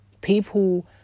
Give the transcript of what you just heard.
People